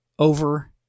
over